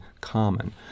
common